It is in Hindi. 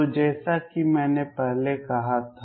तो जैसा कि मैंने पहले कहा था